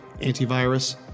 antivirus